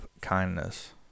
kindness